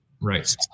Right